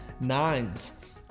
Nines